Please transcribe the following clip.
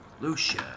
Lucia